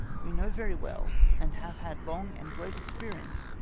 we know very well, and have had long and great experience,